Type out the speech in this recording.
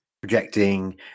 projecting